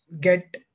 get